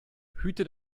hüte